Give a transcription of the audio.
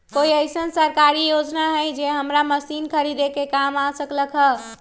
कोइ अईसन सरकारी योजना हई जे हमरा मशीन खरीदे में काम आ सकलक ह?